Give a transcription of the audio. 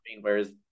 whereas